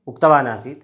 उक्तवान् आसीत्